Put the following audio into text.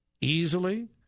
easily